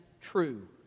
true